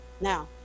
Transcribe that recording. Now